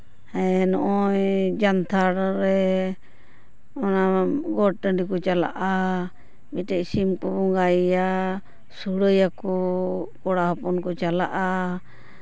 ᱦᱮᱸ ᱱᱚᱜᱼᱚᱭ ᱡᱟᱱᱛᱷᱟᱲ ᱨᱮ ᱚᱱᱟ ᱜᱚᱴ ᱴᱟᱺᱰᱤ ᱠᱚ ᱪᱟᱞᱟᱜᱼᱟ ᱢᱤᱫᱴᱮᱱ ᱥᱤᱢ ᱠᱚ ᱵᱚᱸᱜᱟᱭᱮᱭᱟ ᱥᱩᱲᱟᱹᱭᱟᱠᱚ ᱠᱚᱲᱟ ᱦᱚᱯᱚᱱ ᱠᱚ ᱪᱟᱞᱟᱜᱼᱟ